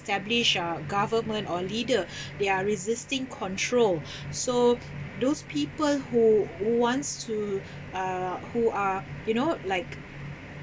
establish uh government or leader they are resisting control so those people who who wants to uh who are you know like